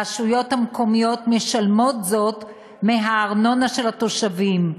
הרשויות המקומיות משלמות זאת מהארנונה של התושבים,